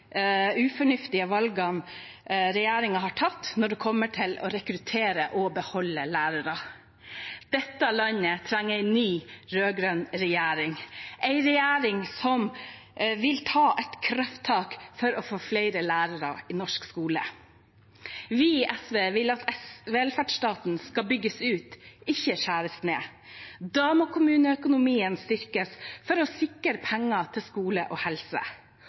ufornuftige valgene regjeringen har tatt når det gjelder å rekruttere og beholde lærere. Dette landet trenger en ny rød-grønn regjering, en regjering som vil ta et krafttak for å få flere lærere i norsk skole. Vi i SV vil at velferdsstaten skal bygges ut, ikke skjæres ned. Da må kommuneøkonomien styrkes for å sikre penger til skole og helse.